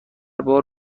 بار